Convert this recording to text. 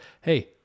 Hey